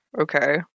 Okay